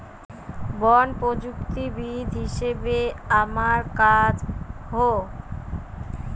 বন প্রযুক্তিবিদ হিসাবে আমার কাজ হ